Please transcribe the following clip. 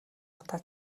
утаа